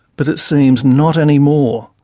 but it seems not anymore.